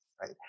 right